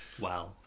wow